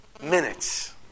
minutes